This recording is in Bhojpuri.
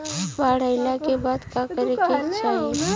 बाढ़ आइला के बाद का करे के चाही?